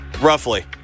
Roughly